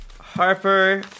Harper